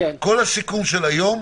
כל הסיכום של היום,